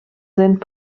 sind